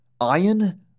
iron